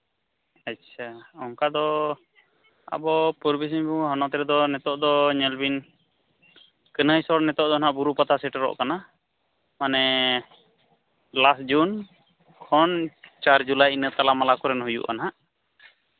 ᱟᱪᱪᱷᱟ ᱚᱱᱠᱟ ᱫᱚ ᱟᱵᱚ ᱯᱩᱨᱵᱤ ᱥᱤᱝᱵᱷᱩᱢ ᱦᱚᱱᱚᱛ ᱨᱮᱫᱚ ᱱᱤᱛᱳᱜ ᱫᱚ ᱧᱮᱞ ᱵᱤᱱ ᱠᱟᱹᱱᱟᱹᱭ ᱥᱚᱨ ᱱᱤᱛᱳᱜ ᱫᱚ ᱱᱟᱜ ᱵᱩᱨᱩ ᱯᱟᱛᱟ ᱥᱮᱴᱮᱨᱚᱜ ᱠᱟᱱᱟ ᱢᱟᱱᱮ ᱞᱟᱥᱴ ᱡᱩᱱ ᱠᱷᱚᱱ ᱪᱟᱨ ᱡᱩᱞᱟᱭ ᱤᱱᱟᱹ ᱛᱟᱞᱟᱼᱢᱟᱞᱟ ᱠᱚᱨᱮ ᱦᱩᱭᱩᱜᱼᱟ ᱱᱟᱜ